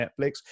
netflix